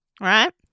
right